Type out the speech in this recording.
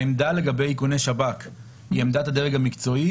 העמדה לגבי איכוני שב"כ היא עמדת הדרג המקצועי